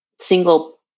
single